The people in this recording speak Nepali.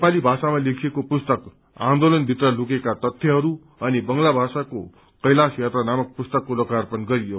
नेपाली भाषामा लेखिएको पुस्तक आन्दोलन भित्र लुकेका तथ्यहरू अनि बंगला भाषाको कैलाश यात्रा नामक पुस्तकको लोकार्पण गरियो